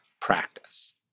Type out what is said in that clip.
practice